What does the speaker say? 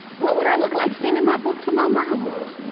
what would i look like, sending my book to my mama?